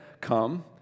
come